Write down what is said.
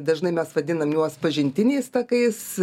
dažnai mes vadinam juos pažintiniais takais